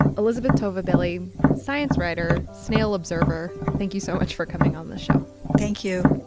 elisabeth tova bailey science writer, snail observer, thank you so much for coming on the show thank you